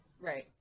Right